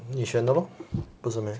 你选的 lor 不是 meh